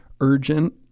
urgent